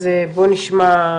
אז בוא נשמע,